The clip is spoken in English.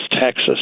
Texas